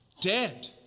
dead